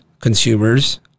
consumers